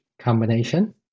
combination